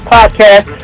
Podcast